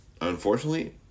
unfortunately